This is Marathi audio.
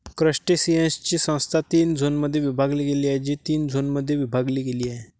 क्रस्टेशियन्सची संस्था तीन झोनमध्ये विभागली गेली आहे, जी तीन झोनमध्ये विभागली गेली आहे